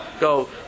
go